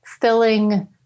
filling